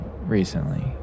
recently